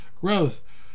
growth